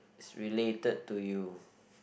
is related to you